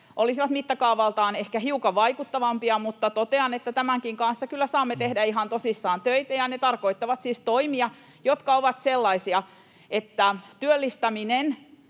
olisivat mittakaavaltaan ehkä hiukan vaikuttavampia, mutta totean, että tämänkin kanssa kyllä saamme tehdä ihan tosissaan töitä, ja ne tarkoittavat siis toimia, jotka ovat sellaisia, että työllistäminen